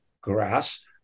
grass